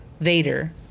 vader